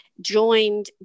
joined